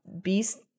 beast